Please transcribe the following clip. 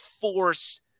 force